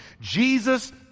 Jesus